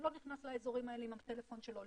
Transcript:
לא נכנס לאזורים האלה עם הטלפון שלו.